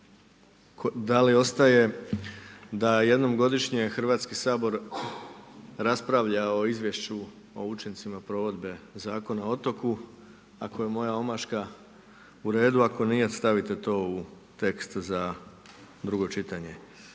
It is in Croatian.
da li ostaje da jednom godišnje Hrvatski sabor raspravlja o izvješću o učincima provedbe Zakona o otoku. Ako je moja omaška u redu, ako nije, stavite to u tekst za drugo čitanje.